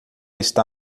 está